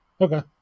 okay